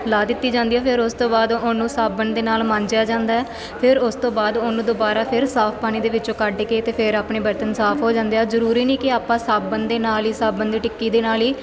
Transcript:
ਲਾਹ ਦਿੱਤੀ ਜਾਂਦੀ ਹੈ ਫਿਰ ਉਸ ਤੋਂ ਬਾਅਦ ਉਹਨੂੰ ਸਾਬਣ ਦੇ ਨਾਲ ਮਾਂਜਿਆ ਜਾਂਦਾ ਫਿਰ ਉਸ ਤੋਂ ਬਾਅਦ ਉਹਨੂੰ ਦੁਬਾਰਾ ਫਿਰ ਸਾਫ਼ ਪਾਣੀ ਦੇ ਵਿੱਚੋਂ ਕੱਢ ਕੇ ਅਤੇ ਫਿਰ ਆਪਣੇ ਬਰਤਨ ਸਾਫ਼ ਹੋ ਜਾਂਦੇ ਆ ਜ਼ਰੂਰੀ ਨਹੀਂ ਕਿ ਆਪਾਂ ਸਾਬਣ ਦੇ ਨਾਲ ਹੀ ਸਾਬਣ ਦੀ ਟਿੱਕੀ ਦੇ ਨਾਲ ਹੀ